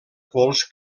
pols